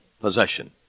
possession